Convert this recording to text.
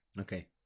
Okay